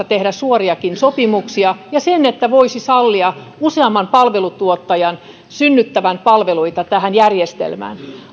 tehdä suoriakin sopimuksia ja sen että voisi sallia useamman palveluntuottajan synnyttävän palveluita tähän järjestelmään